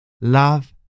Love